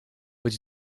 być